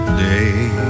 day